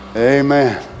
Amen